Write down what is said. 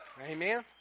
Amen